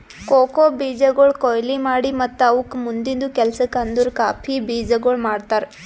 cocoa ಬೀಜಗೊಳ್ ಕೊಯ್ಲಿ ಮಾಡಿ ಮತ್ತ ಅವುಕ್ ಮುಂದಿಂದು ಕೆಲಸಕ್ ಅಂದುರ್ ಕಾಫಿ ಬೀಜಗೊಳ್ ಮಾಡ್ತಾರ್